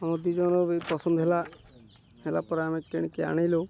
ଆମର ଦୁଇ ଜଣଙ୍କବି ପସନ୍ଦ ହେଲା ହେଲା ପରେ ଆମେ କିଣିକି ଆଣିଲୁ